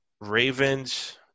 Ravens